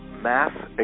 mass